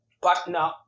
partner